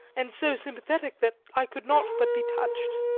and so sympathetic that i could not but be touched.